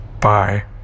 Bye